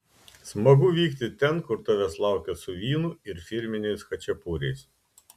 smagu vykti ten kur tavęs laukia su vynu ir firminiais chačiapuriais